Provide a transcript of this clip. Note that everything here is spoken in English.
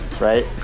Right